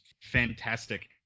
fantastic